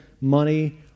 money